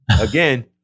again